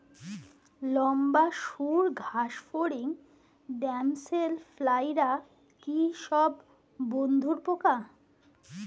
লম্বা সুড় ঘাসফড়িং ড্যামসেল ফ্লাইরা কি সব বন্ধুর পোকা?